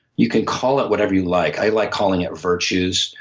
you can call it whatever you like. i like calling it virtues,